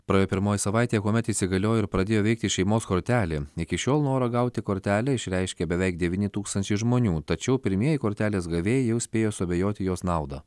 praėjo pirmoji savaitė kuomet įsigaliojo ir pradėjo veikti šeimos kortelė iki šiol norą gauti kortelę išreiškė beveik devyni tūkstančiai žmonių tačiau pirmieji kortelės gavėjai jau spėjo suabejoti jos nauda